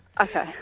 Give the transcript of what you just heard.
okay